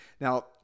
Now